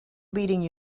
leading